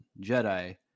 Jedi